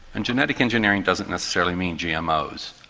and genetic engineering doesn't necessarily mean gmos,